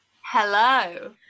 hello